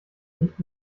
nicht